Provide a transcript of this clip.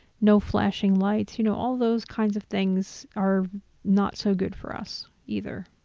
no flashing lights you know, all those kinds of things are not so good for us either.